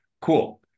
cool